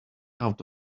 out